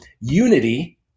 Unity